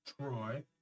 Troy